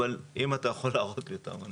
אבל אם אתה יכול להראות לי אותם,